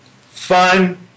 fun